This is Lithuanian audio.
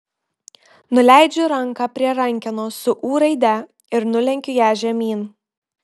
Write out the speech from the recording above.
nuleidžiu ranką prie rankenos su ū raide ir nulenkiu ją žemyn